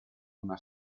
una